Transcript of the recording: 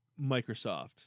Microsoft